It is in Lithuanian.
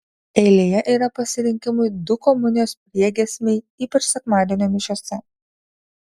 eilėje yra pasirinkimui du komunijos priegiesmiai ypač sekmadienio mišiose